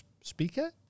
speaker